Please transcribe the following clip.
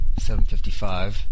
755